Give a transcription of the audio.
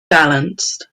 balanced